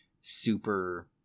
super